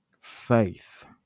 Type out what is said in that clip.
faith